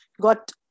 got